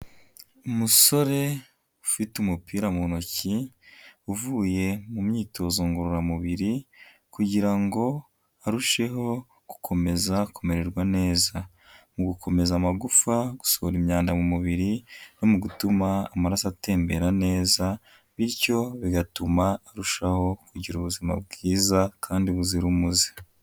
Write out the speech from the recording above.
Umusore ufite umupira mu ntoki, uvuye mu myitozo ngororamubiri kugira ngo arusheho gukomeza kumererwa neza, mu gukomeza amagufa, gusohora imyanda mu mubiri no mu gutuma amaraso atembera neza bityo bigatuma arushaho kugira ubuzima bwiza kandi buzira umuze.